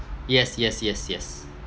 yes yes yes yes